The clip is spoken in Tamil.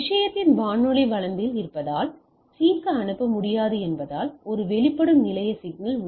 அது விஷயத்தின் வானொலி வரம்பில் இருப்பதால் அது C க்கு அனுப்ப முடியாது என்பதால் இது ஒரு வெளிப்படும் நிலைய சிக்கல்